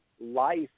life